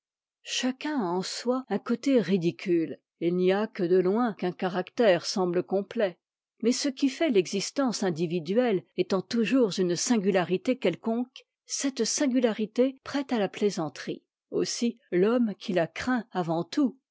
chacun a en soi un côté ridicule il n'y a que de loin qu'un caractère semble complet mais ce qui fait l'existence individuelle étant toujours une singularité quelconque cette singularité prête à la plaisanterie aussi l'homme qui la craint avant tout